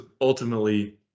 ultimately